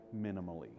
minimally